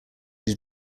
did